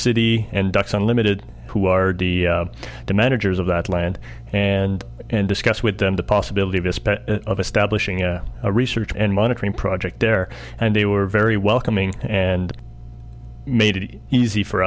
city and ducks unlimited who are the managers of that land and discuss with them the possibility of despair of establishing a research and monitoring project there and they were very welcoming and made it easy for